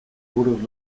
buruz